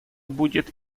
будет